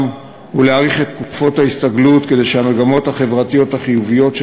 ולהאריך את תקופות ההסתגלות כדי שהמגמות החברתיות החיוביות של